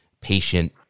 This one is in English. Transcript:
patient